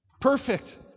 Perfect